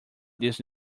these